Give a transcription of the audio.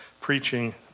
preaching